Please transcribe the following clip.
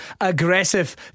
aggressive